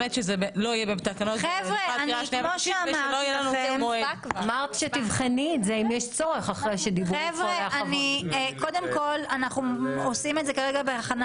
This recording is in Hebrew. חשוב כן להבין מה אנחנו מגבילים כאן במסגרת הסעיף ומה בעקבות ההגדרה